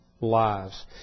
lives